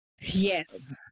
Yes